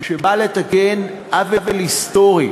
שבא לתקן עוול היסטורי